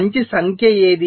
మంచి సంఖ్య ఏది